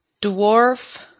Dwarf